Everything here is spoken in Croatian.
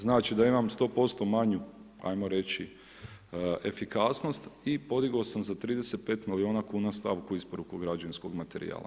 Znači da imam 100% manju ajmo reći efikasnost i podigao sam za 35 milijuna kuna stavku isporuku građevinskog materijala.